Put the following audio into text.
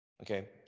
okay